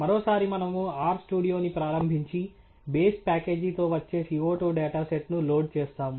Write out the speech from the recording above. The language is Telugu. మరోసారి మనము R స్టూడియోని ప్రారంభించి బేస్ ప్యాకేజీతో వచ్చే CO2 డేటా సెట్ను లోడ్ చేస్తాము